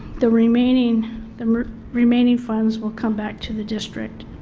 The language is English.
the remaining the remaining funds will come back to the district.